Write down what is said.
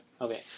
Okay